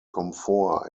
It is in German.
komfort